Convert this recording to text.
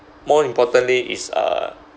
more importantly is uh